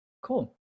cool